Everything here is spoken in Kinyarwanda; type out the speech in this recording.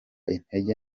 intege